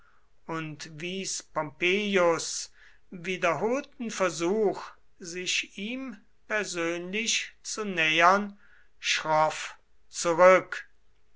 und wies pompeius wiederholten versuch sich ihm persönlich zu nähern schroff zurück